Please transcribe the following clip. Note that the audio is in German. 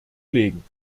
legen